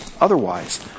otherwise